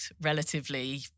relatively